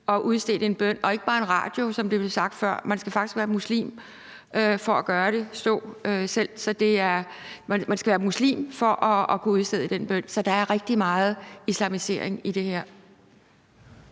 og bedt en bøn og ikke bare via en radio, som det blev sagt før, for man skal faktisk være muslim for at gøre det og stå der. Man skal være muslim for at kunne bede den bøn. Så der er rigtig meget islamisering i det her.